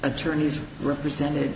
attorneys represented